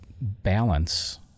balance